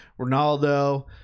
Ronaldo